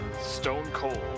stone-cold